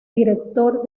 director